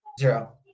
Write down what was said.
Zero